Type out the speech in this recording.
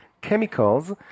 chemicals